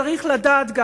צריך לדעת גם,